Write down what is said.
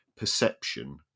perception